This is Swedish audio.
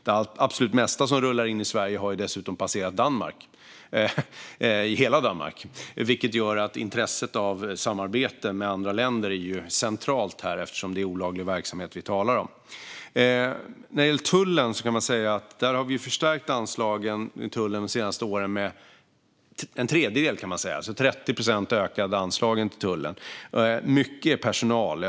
Det absolut mesta som rullar in i Sverige har dessutom passerat Danmark, vilket gör att intresset av samarbete med andra länder är centralt eftersom det är olaglig verksamhet vi talar om. När det gäller tullen har vi förstärkt anslagen de senaste åren med en tredjedel. Anslagen till tullen ökade alltså med 30 procent. Personalen har ökat mycket.